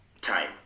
time